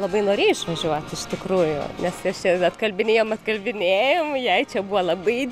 labai norėjai išvažiuot iš tikrųjų nes kas čia atkalbinėjom atkalbinėjom jai čia buvo labai